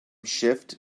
shift